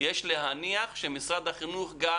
יש להניח שמשרד החינוך גם